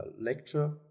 lecture